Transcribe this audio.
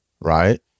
right